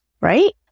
right